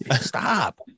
stop